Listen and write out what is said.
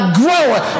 growing